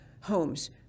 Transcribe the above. homes